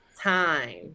time